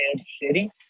City